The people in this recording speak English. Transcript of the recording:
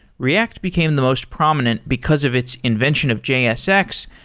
react became the most prominent because of its invention of jsx,